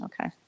Okay